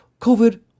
COVID